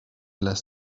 las